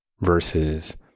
versus